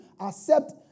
accept